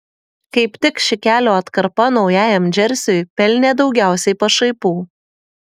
kaip tik ši kelio atkarpa naujajam džersiui pelnė daugiausiai pašaipų